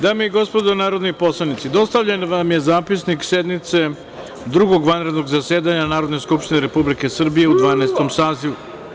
Dame i gospodo narodni poslanici, dostavljen vam je zapisnik sednice Drugog vanrednog zasedanja Skupštine Republike Srbije u Dvanaestom sazivu.